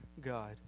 God